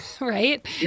Right